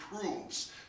proves